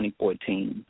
2014